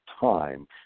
time